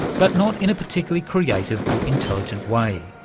but not in a particularly creative or intelligent way.